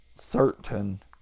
certain